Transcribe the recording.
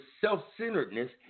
self-centeredness